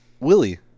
Willie